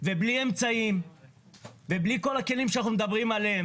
ובלי אמצעים ובלי כל הכלים שאנחנו מדברים עליהם.